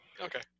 Okay